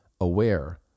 aware